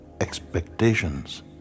expectations